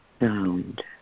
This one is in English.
sound